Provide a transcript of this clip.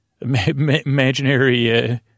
Imaginary